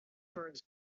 ferns